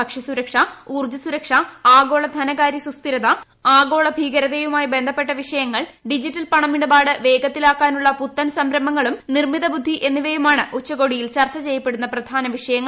ഭക്ഷ്യ സുരക്ഷ ഊർജ്ജ സുരക്ഷ ആഗോള ധനകാര്യ സുസ്ഥിരത ആഗോള ഭീകരതയുമായി ബന്ധപ്പെട്ട വിഷയങ്ങൾ ഡിജിറ്റൽ പണമിടപാട് വേഗത്തിലാക്കാനുള്ള പുത്തൻ സംരംഭങ്ങളും നിർമ്മിത ബുദ്ധി എന്നിവയുമാണ് ഉച്ചകോടിയിൽ ചർച്ച ചെയ്യപ്പെടുന്ന പ്രധാന വിഷയങ്ങൾ